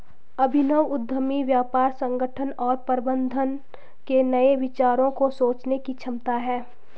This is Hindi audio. अभिनव उद्यमी व्यापार संगठन और प्रबंधन के नए विचारों को सोचने की क्षमता है